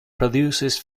produces